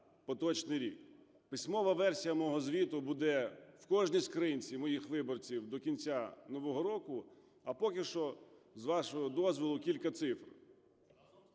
Письмова версія мого звіту буде в кожній скриньці моїх виборців до кінця нового року, а поки що, з вашого дозволу, кілька цифр.